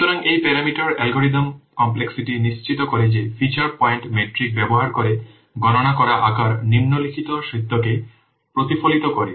সুতরাং এই parameter algorithm complexity নিশ্চিত করে যে ফিচার পয়েন্ট মেট্রিক ব্যবহার করে গণনা করা আকার নিম্নলিখিত সত্যকে প্রতিফলিত করে